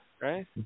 Right